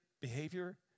behavior